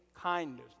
kindness